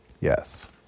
Yes